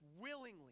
willingly